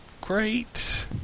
great